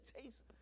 taste